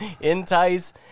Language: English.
entice